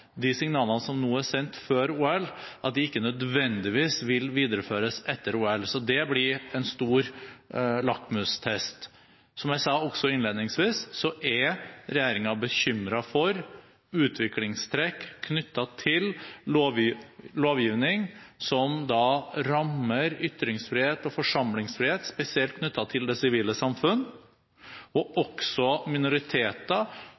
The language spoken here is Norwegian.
de signalene som nå er sendt ut før OL, ikke nødvendigvis vil videreføres etter OL. Det blir en stor lakmustest. Som jeg også sa innledningsvis, er regjeringen bekymret over utviklingstrekk knyttet til lovgivning som rammer ytringsfrihet og forsamlingsfrihet – spesielt i det sivile samfunn – og